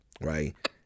Right